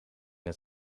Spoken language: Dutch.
het